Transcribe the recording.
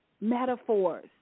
metaphors